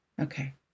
Okay